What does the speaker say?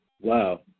Wow